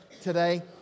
today